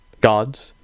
gods